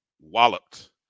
walloped